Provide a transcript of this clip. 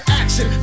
action